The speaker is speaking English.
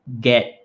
get